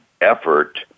effort